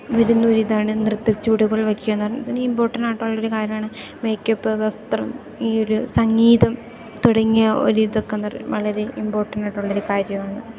വരുന്നൊരു ഇതാണ് നൃത്തച്ചുവടുകൾ വെക്കുവാന്ന് പറഞ്ഞിട്ടുള്ളത് വളരെ ഇമ്പോർടെൻറ്റായിട്ടുള്ളൊരു കാര്യമാണ് മേക്കപ്പ് വസ്ത്രം ഈയൊരു സംഗീതം തുടങ്ങിയ ഒര് ഇതൊക്കാന്ന് പറയുന്നത് വളരെ ഇംമ്പോർടെൻറ്റായിട്ടുള്ളൊരു കാര്യവാണ്